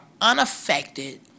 unaffected